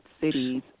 cities –